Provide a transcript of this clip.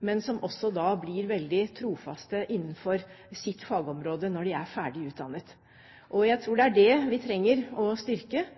men som også blir veldig trofaste innenfor sitt fagområde når de er ferdig utdannet. Jeg tror det er det vi trenger å styrke.